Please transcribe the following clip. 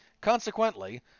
Consequently